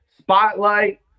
spotlight